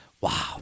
wow